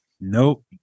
nope